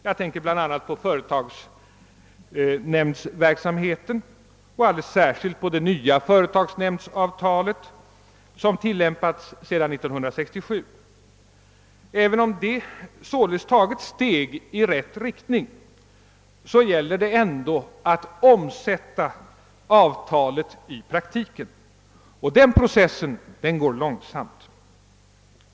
Jag tänker bl.a. på företagsnämndsverksamheten och alldeles särskilt på det nya företagsnämndsavtal, som tillämpats sedan 1967. även om det sålunda tagits steg i rätt riktning, gäller det ändå att omsätta avtalet i praktiken. Den processen går långsamt.